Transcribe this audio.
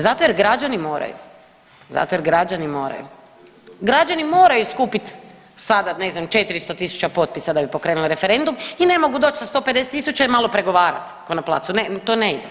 Zato jer građani moraju, zato jer građani moraju, građani moraju skupiti sada ne znam 400 tisuća potpisa da bi pokrenuli referendum i ne mogu doći sa 150 tisuća u malo pregovarat k'o na placu, ne, to ne ide.